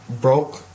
broke